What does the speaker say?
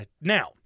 Now